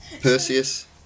Perseus